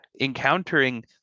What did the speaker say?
encountering